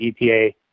EPA